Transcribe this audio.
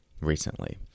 recently